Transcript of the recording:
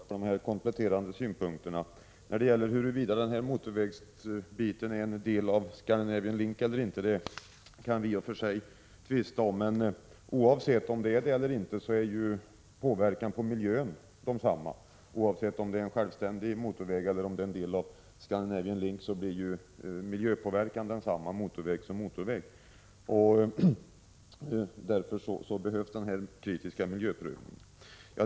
Fru talman! Jag tackar Birgitta Dahl för de kompletterande synpunkterna. Huruvida den aktuella motorvägsdelen är en del av Scandinavian Link eller inte kan vi i och för sig tvista om. Men påverkan på miljön, oavsett om det är en självständig motorväg eller en del av Scandinavian Link, blir densamma — motorväg som motorväg. Därför behövs en kritisk miljöprövning.